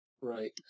Right